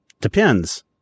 Depends